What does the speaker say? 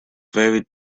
very